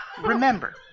Remember